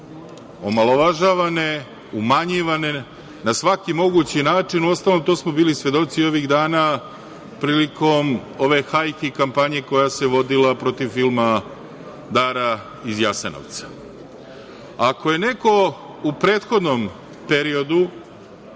omalovažavane, umanjivane na svaki mogući način. Uostalom, to smo bili svedoci i ovih dana, prilikom ove hajke i kampanje koja se vodila protiv filma „Dara iz Jasenovca“.Ako je neko u prethodnom periodu